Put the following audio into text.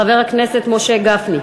חבר הכנסת משה גפני,